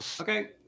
okay